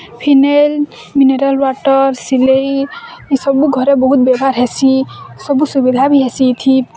phenyl mineral water ସିଲେଇ ଏସବୁ ଘରେ ବହୁତ୍ ବଢ଼ିଆ ହେସି ସବୁ ସୁବିଧା ବି ହେସି ଥି